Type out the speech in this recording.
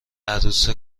عروس